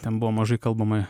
ten buvo mažai kalbama